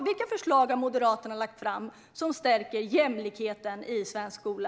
Vilka förslag har Moderaterna lagt fram som stärker jämlikheten i svensk skola?